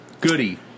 Goody